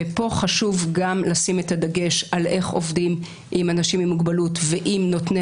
ופה חשוב גם לשים את הדגש על איך עובדים עם אנשים עם מוגבלות ועם נותני